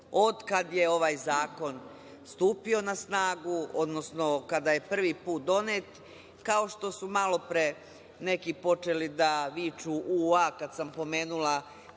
kada je ovaj zakon stupio na snagu, odnosno kada je prvi put donet, kao što su malopre neki počeli da viču, ua, ko bez